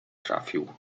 trafił